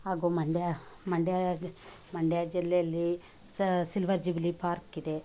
ಹಾಗೂ ಮಂಡ್ಯ ಮಂಡ್ಯ ಜ್ ಮಂಡ್ಯ ಜಿಲ್ಲೆಯಲ್ಲಿ ಸಿಲ್ವರ್ ಜುಬ್ಲಿ ಪಾರ್ಕಿದೆ